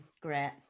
Great